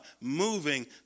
moving